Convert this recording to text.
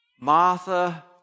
Martha